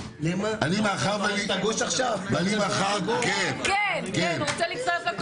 10:25) אני רק מבקש דבר אחד כשאתם צריכים אותנו,